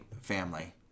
family